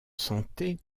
santé